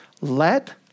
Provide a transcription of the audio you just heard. Let